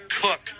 Cook